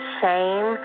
shame